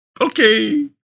okay